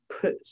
put